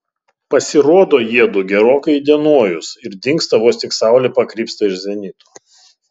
pasirodo jiedu gerokai įdienojus ir dingsta vos tik saulė pakrypsta iš zenito